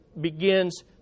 begins